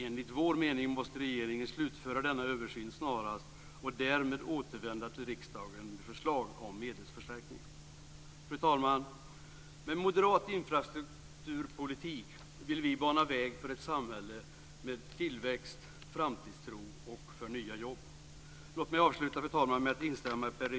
Enligt vår mening måste regeringen slutföra denna översyn snarast och därefter återvända till riksdagen med förslag om medelsförstärkning. Fru talman! Med moderat infrastrukturpolitik vill vi bana väg för ett samhälle med tillväxt, framtidstro och nya jobb. Låt mig avsluta, fru talman, med att instämma i